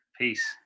Peace